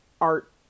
art